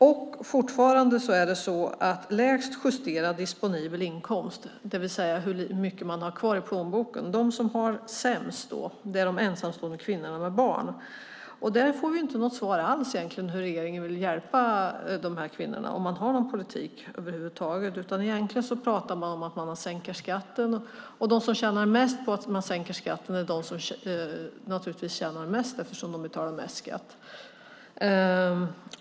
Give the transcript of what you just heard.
Det är fortfarande så att lägst justerad disponibel inkomst, det vill säga hur mycket man har kvar i plånboken, har de ensamstående kvinnorna med barn. Vi får inte något svar alls på frågan hur regeringen vill hjälpa de här kvinnorna och om man har någon politik över huvud taget. Man pratar om att man sänker skatten, och de som tjänar mest på att man sänker skatten är naturligtvis de som tjänar mest eftersom de betalar mest i skatt.